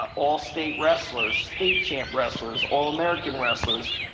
ah all-state wrestlers, state champ wrestlers, all-american wrestlers.